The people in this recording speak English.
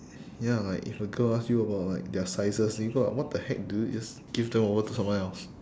ya like if a girl ask you about like their sizes leave her what the heck dude just give them over to someone else